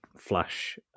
Flash